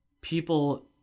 people